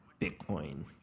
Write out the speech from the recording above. Bitcoin